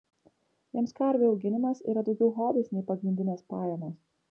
jiems karvių auginimas yra daugiau hobis nei pagrindinės pajamos